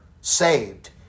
saved